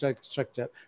structure